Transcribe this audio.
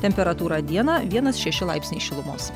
temperatūra dieną vienas šeši laipsniai šilumos